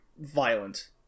violent